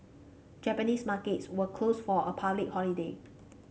Japanese markets were closed for a public holiday